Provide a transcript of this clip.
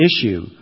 issue